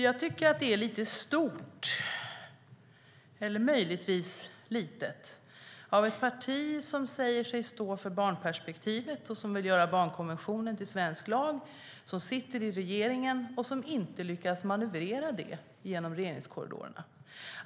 Jag tycker att det är lite stort - eller möjligtvis litet - av ett parti som säger sig stå för barnperspektivet och vill göra barnkonventionen till svensk lag och som sitter i regeringen men inte lyckas manövrera dessa förslag genom regeringskorridorerna.